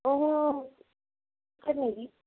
ਉਹ ਨੇ ਜੀ